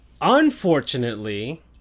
unfortunately